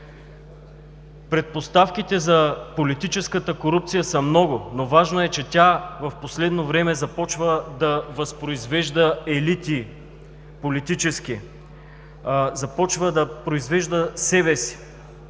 Предпоставките за политическата корупция са много, но важно, е че тя в последно време започва да възпроизвежда политически елити. Започва да произвежда себе си